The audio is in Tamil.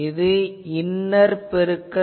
இது இன்னர் பெருக்கல்